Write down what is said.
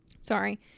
Sorry